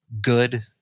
good